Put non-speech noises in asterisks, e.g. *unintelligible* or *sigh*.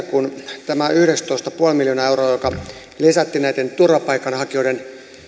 *unintelligible* kun on tämä yhdeksäntoista pilkku viisi miljoonaa euroa joka lisättiin näiden turvapaikanhakijoiden